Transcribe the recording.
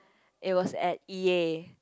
it was at E_A